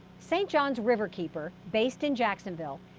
st. johns riverkeeper, based in jacksonville,